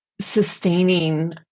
sustaining